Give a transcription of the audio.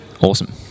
awesome